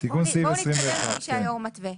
נתקדם כפי שהיו"ר מתווה.